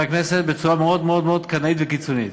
הכנסת בצורה מאוד מאוד קנאית וקיצונית.